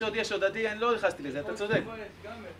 ... יש הדדי, אני לא נכסתי לזה, אתה צודק.